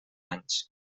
anys